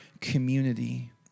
community